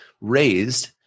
raised